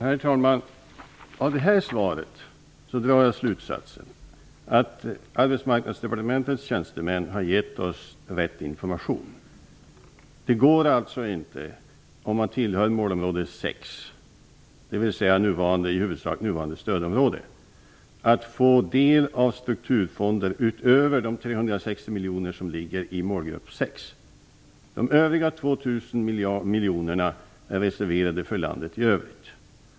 Herr talman! Av detta svar drar jag slutsatsen att Arbetsmarknadsdepartementets tjänstemän har gett oss rätt information. Om man tillhör målområde 6, dvs. i huvudsak det nuvarande stödområdet, går det inte att utöver de 360 miljoner som finns för målgrupp 6 få del av strukturfonderna. De resterande 2 000 miljonerna är reserverade för landet i övrigt.